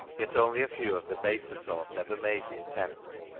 yet only a few of the baser sort ever made the attempt,